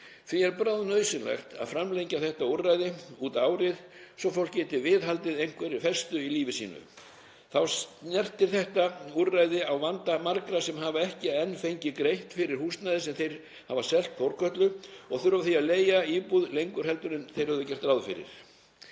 er bráðnauðsynlegt að framlengja þetta úrræði út árið svo fólk geti viðhaldið einhverri festu í lífi sínu. Þá snertir þetta úrræði á vanda margra sem hafa ekki enn fengið greitt fyrir húsnæði sem þeir hafa selt Þórkötlu og þurfa því að leigja íbúð lengur en þeir höfðu gert ráð fyrir.